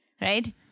right